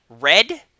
red